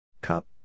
Cup